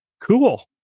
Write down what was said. cool